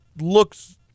looks